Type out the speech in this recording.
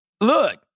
look